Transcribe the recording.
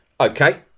Okay